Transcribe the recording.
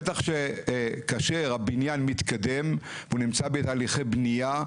בטח שכאשר הבניין מתקדם והוא נמצא בתהליכי בנייה,